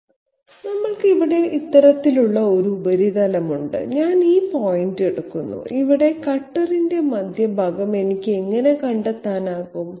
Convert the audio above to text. നമ്മൾക്ക് ഇവിടെ ഇത്തരത്തിലുള്ള ഒരു ഉപരിതലമുണ്ട് ഞാൻ ഈ പോയിന്റ് എടുക്കുന്നു ഇവിടെ കട്ടറിന്റെ മധ്യഭാഗം എനിക്ക് എങ്ങനെ കണ്ടെത്താനാകും